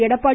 Edappadi